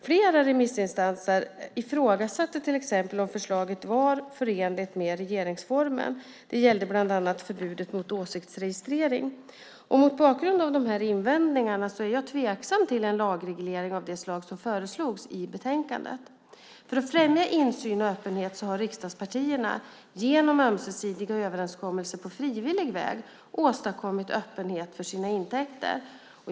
Flera instanser ifrågasatte till exempel om förslaget var förenligt med regeringsformen. Det gällde bland annat förbudet mot åsiktsregistrering. Mot bakgrund av dessa invändningar är jag tveksam till en lagreglering av det slag som föreslogs i betänkandet. För att främja insyn och öppenhet har riksdagspartierna genom ömsesidiga överenskommelser på frivillig väg åstadkommit öppenhet för sina intäkter.